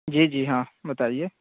جی جی ہاں بتائیے